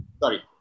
Sorry